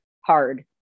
hard